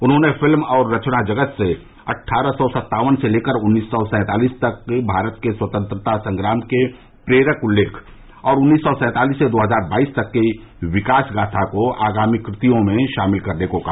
उन्होंने फिल्म और रचना जगत से अट्ठारह सौ सत्तावन से लेकर उन्नीस सौ सैंतालिस तक भारत के स्वतंत्रता संग्राम के प्रेरक उल्लेख और उन्नीस सौ सैंतालिस से दो हजार बाईस तक के विकास गाथा को आगामी कृतियों में शामिल करने को कहा